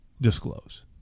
disclose